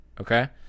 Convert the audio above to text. okay